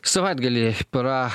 savaitgalį pra